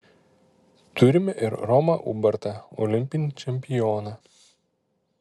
turime ir romą ubartą olimpinį čempioną